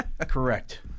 Correct